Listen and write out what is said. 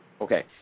Okay